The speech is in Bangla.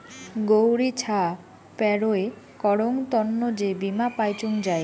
গৌড়ি ছা পেরোয় করং তন্ন যে বীমা পাইচুঙ যাই